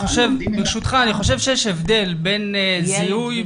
ברשותך, אני חושב שיש הבדל בין זיהוי